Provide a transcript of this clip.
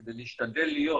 כדי להשתדל להיות